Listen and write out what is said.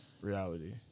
reality